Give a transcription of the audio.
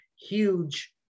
huge